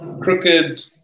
crooked